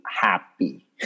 happy